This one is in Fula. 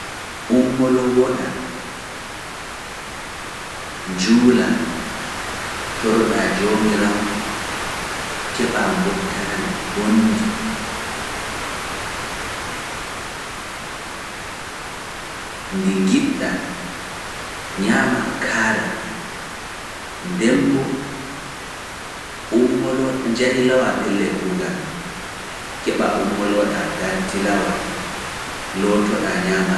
Ummolowoɗa, njuula, toro ɗaa joomiraawo, keɓaa mbottaari bondi, ndi ngiɗɗa, ñaamaa kaara, dembo, ummolowoda, njahilawaa pelle kuugal maa, keɓaa ummolo ɗaa ngarti law, looto ɗaa ñaamaa.